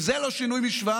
אם זה לא שינוי משוואה,